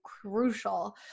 crucial